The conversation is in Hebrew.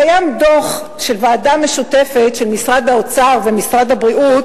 קיים דוח של ועדה משותפת של משרד האוצר ומשרד הבריאות